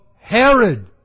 Herod